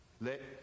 let